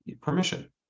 permission